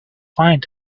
find